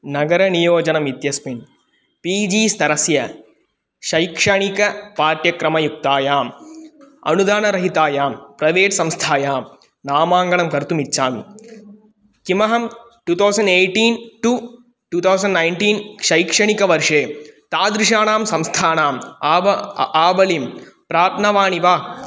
नगरनियोजनमित्यस्मिन् P G स्तरस्य शैक्षणिकपाठ्यक्रमयुक्तायाम् अनुदानरहितायां प्रवेट् संस्थायां नामाङ्कनं कर्तुमिच्छामि किमहं two thousand eighteen to two thousand nineteen शैक्षणिकवर्षे तादृशानां संस्थानाम् आवलिं आवलिं प्राप्नवानि वा